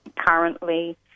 Currently